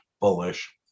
bullish